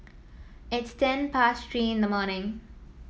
it's ten past Three in the morning